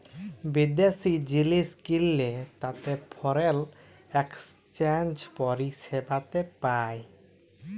বিদ্যাশি জিলিস কিললে তাতে ফরেল একসচ্যানেজ পরিসেবাতে পায়